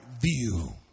view